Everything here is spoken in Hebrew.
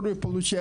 כאמור,